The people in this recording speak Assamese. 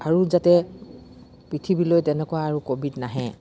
আৰু যাতে পৃথিৱীলৈ তেনেকুৱা আৰু ক'ভিড নাহে